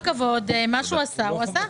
מה שהוא עשה הוא עשה,